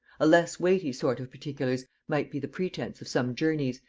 a less weighty sort of particulars might be the pretence of some journeys,